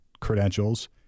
credentials